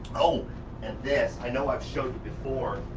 oh and this. i know i've shown you before.